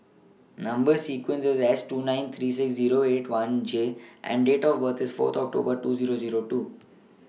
Number sequence IS S two nine three six Zero eight one J and Date of birth IS Fourth October two Zero Zero two